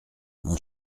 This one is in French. mon